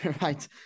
Right